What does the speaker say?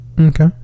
Okay